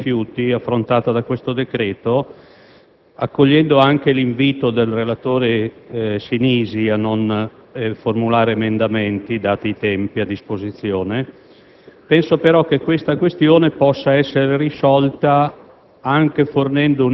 sollevare una questione in materia di gestione dei rifiuti, problema affrontato da questo decreto. Accogliendo l'invito del relatore Sinisi a non formulare emendamenti, dati i tempi a disposizione,